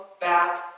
back